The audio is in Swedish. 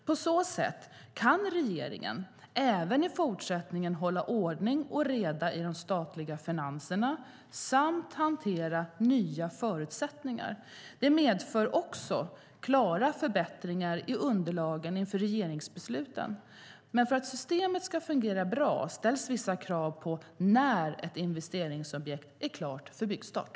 På så sätt kan regeringen även i fortsättningen hålla ordning och reda i de statliga finanserna samt hantera nya förutsättningar. Det medför också klara förbättringar i underlagen inför regeringsbesluten. Men för att systemet ska fungera bra ställs vissa krav på när ett investeringsobjekt är klart för byggstart.